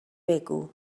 بگو